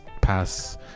pass